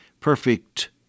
perfect